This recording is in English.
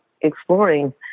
exploring